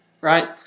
right